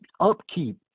upkeep